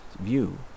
view